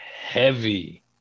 heavy